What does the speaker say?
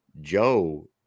Joe